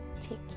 take